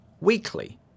weekly